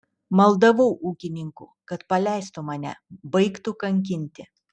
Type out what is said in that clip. maldavau ūkininkų kad paleistų mane baigtų kankinti